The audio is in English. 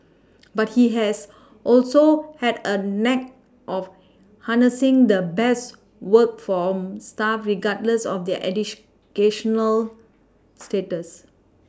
but he has also had a knack of harnessing the best work from staff regardless of their status